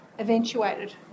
eventuated